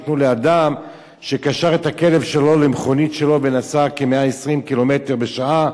שניתנו לאדם שקשר את הכלב שלו למכונית שלו ונסע כ-120 קילומטר לשעה,